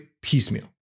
piecemeal